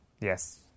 yes